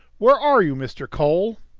where are you, mr. cole?